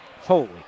Holy